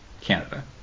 Canada